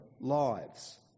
lives